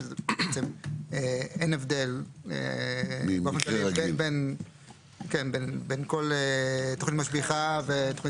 שזה בעצם אין הבדל בין כל תוכנית משביחה ותוכנית